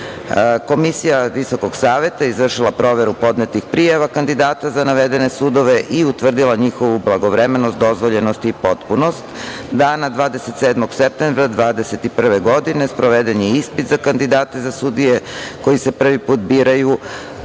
bira. Komisija Visokog saveta je izvršila proveru podnetih prijava kandidata za navedene sudove i utvrdila njihovu blagovremenost, dozvoljenost i potpunost. Dana, 27. septembra 2021. godine sproveden je isti za kandidate za sudije koji se prvi put biraju,